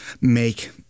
make